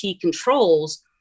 controls